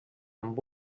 amb